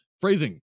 Phrasing